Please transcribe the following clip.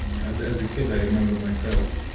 as as a kid, i remember myself,